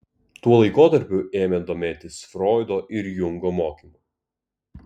tuo laikotarpiu ėmė domėtis froido ir jungo mokymu